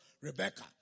Rebecca